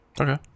Okay